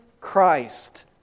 Christ